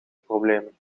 problemen